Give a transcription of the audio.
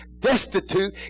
destitute